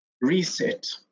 reset